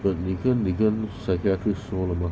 but 你跟你跟 psychiatrist 说了吗